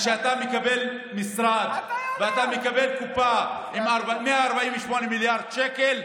שכשאתה מקבל משרד ואתה מקבל קופה עם 148 מיליארד שקל,